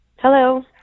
Hello